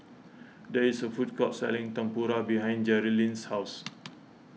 there is a food court selling Tempura behind Jerilynn's house